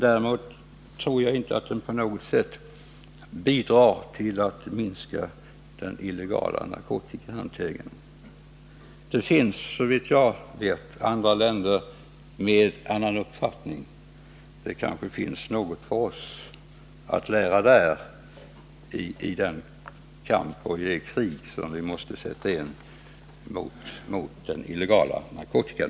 Däremot tror jag inte att det på något sätt bidrar till att minska den illegala narkotikahanteringen. Det finns såvitt jag vet andra länder med annan uppfattning. Det kanske finns något för oss att lära där i det krig som vi måste sätta in mot den illegala narkotikan.